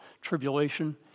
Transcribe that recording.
tribulation